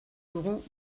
dugu